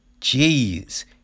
Jeez